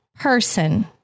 person